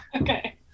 okay